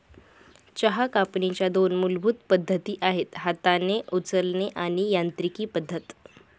चहा कापणीच्या दोन मूलभूत पद्धती आहेत हाताने उचलणे आणि यांत्रिकी पद्धत